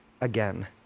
again